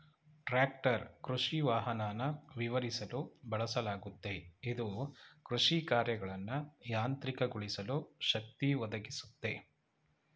tractor ಕೃಷಿವಾಹನನ ವಿವರಿಸಲು ಬಳಸಲಾಗುತ್ತೆ ಇದು ಕೃಷಿಕಾರ್ಯಗಳನ್ನ ಯಾಂತ್ರಿಕಗೊಳಿಸಲು ಶಕ್ತಿ ಒದಗಿಸುತ್ತೆ